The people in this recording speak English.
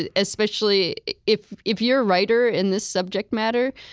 ah especially if if you're a writer in this subject matter,